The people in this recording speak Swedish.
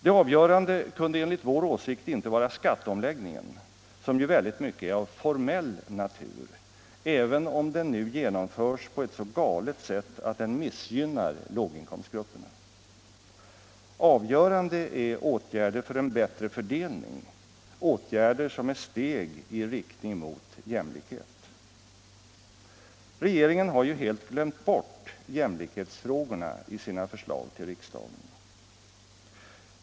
Det avgörande kunde enligt vår åsikt inte vara skatteomläggningen, som ju väldigt mycket är av formell natur, även om den nu genomförs på ett så galet sätt att den missgynnar låginkomstgrupperna. Avgörande är åtgärder för en bättre fördelning, åtgärder som är steg i riktning mot jämlikhet. Regeringen har ju helt glömt bort jämlikhetsfrågorna i sina förslag till riksdagen.